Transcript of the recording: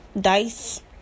dice